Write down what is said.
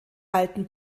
alten